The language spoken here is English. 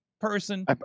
person